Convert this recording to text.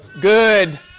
good